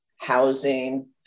housing